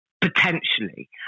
potentially